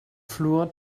floor